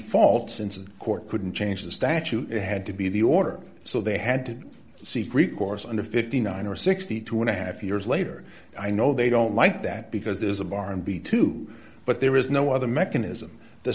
default since a court couldn't change the statute it had to be the order so they had to seek recourse under fifty nine or sixty two and a half years later i know they don't like that because there's a bar and b too but there is no other mechanism the